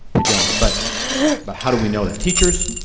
i don't. but but how do we know that? teachers,